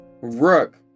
Rook